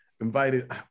invited